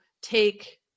take